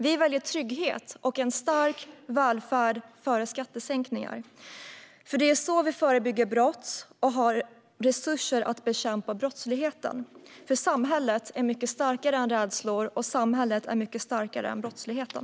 Vi väljer trygghet och en stark välfärd före skattesänkningar, för det är så vi förebygger brott och har resurser att bekämpa brottsligheten. Samhället är mycket starkare än rädslorna och mycket starkare än brottsligheten.